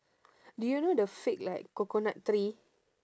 do you know the fake like coconut tree